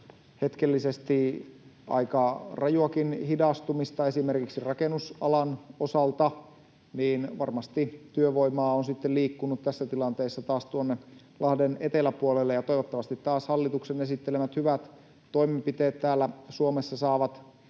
hetkellisesti aika rajuakin hidastumista esimerkiksi rakennusalan osalta, niin varmasti työvoimaa on sitten liikkunut tässä tilanteessa taas tuonne lahden eteläpuolelle. Toivottavasti hallituksen esittelemät hyvät toimenpiteet täällä Suomessa saavat